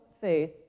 Faith